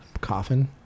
coffin